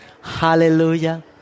Hallelujah